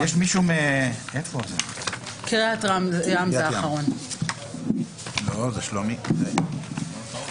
מראש את הנחיית יושב-ראש הכנסת שהם חייבים להגיע.